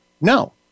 no